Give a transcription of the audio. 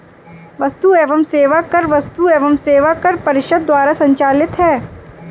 वस्तु एवं सेवा कर वस्तु एवं सेवा कर परिषद द्वारा संचालित है